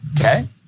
Okay